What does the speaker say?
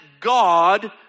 God